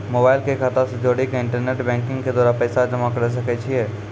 Mobile के खाता से जोड़ी के इंटरनेट बैंकिंग के द्वारा पैसा जमा करे सकय छियै?